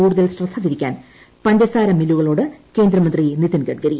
കൂടുതൽ ശ്രദ്ധ തിരിക്കാൻ പഞ്ചസാര മില്ലുകളോട് കേന്ദ്രമന്ത്രി നിതിൻ ഗഡ്കരി